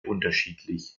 unterschiedlich